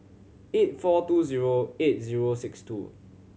eight four two zero eight zero six two